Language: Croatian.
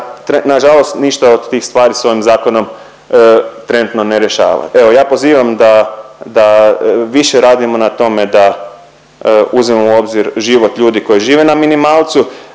nažalost ništa od tih stvari se ovim zakonom trenutno ne rješava. Evo ja pozivam da, da više radimo na tome da uzmemo u obzir život ljudi koji žive na minimalcu,